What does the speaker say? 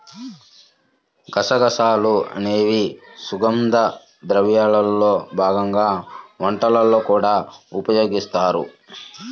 గసగసాలు అనేవి సుగంధ ద్రవ్యాల్లో భాగంగా వంటల్లో కూడా ఉపయోగిస్తారు